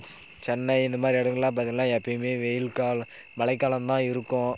சென்னை இந்தமாதிரி இடத்துலலாம் பார்த்திங்கனா எப்பயுமே வெயில்காலம் மழைகாலம்தான் இருக்கும்